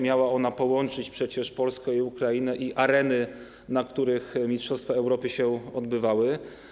Miała ona połączyć przecież Polskę i Ukrainę, areny, na których mistrzostwa Europy się odbywały.